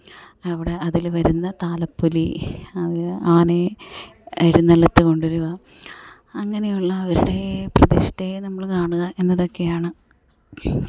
അവിടെ അതിൽ വരുന്ന താലപ്പൊലി അത് ആനയെ എഴുന്നള്ളിത്ത് കൊണ്ടു വരിക അങ്ങനെയുള്ള അവരുടെ പ്രതിഷ്ഠയേ നമ്മൾ കാണാൻ എന്നതൊക്കെയാണ്